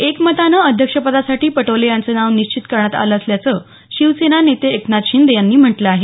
एकमतानं अध्यक्षपदासाठी पटोले यांचं नावं निश्चित करण्यात आलं असल्याचं शिवसेना नेते एकनाथ शिंदे यांनी म्हटलं आहे